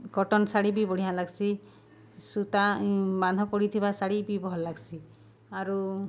cotton sari ବି ବଢ଼ିଆଁ ଲାଗ୍ସି ସୁତା ବାନ୍ଧ ପଡ଼ିଥିବା ଶାଢ଼ୀ ବି ଭଲ୍ ଲାଗ୍ସି ଆରୁ